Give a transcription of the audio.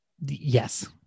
Yes